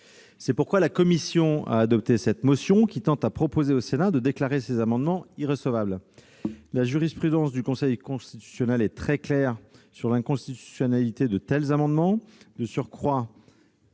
C'est pourquoi la commission a adopté cette motion, tendant à proposer au Sénat de déclarer ces amendements irrecevables. La jurisprudence du Conseil constitutionnel est très claire quant à l'inconstitutionnalité de tels amendements. De surcroît,